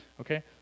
Okay